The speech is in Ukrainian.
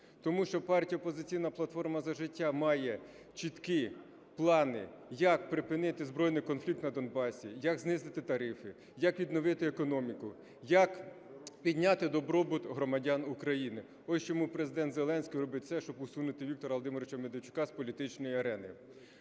тому що "Опозиційна платформа - За життя" має чіткі плани, як припинити збройний конфлікт на Донбасі, як знизити тарифи, як відновити економіку, як підняти добробут громадян України. Ось чому Президент Зеленський робить усе, щоб усунути Віктора Володимировича Медведчука з політичної арени.